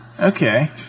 Okay